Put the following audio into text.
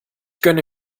gönne